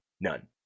none